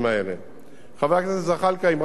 חבר הכנסת זחאלקה, אם רק תזכיר לי במלה.